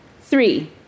Three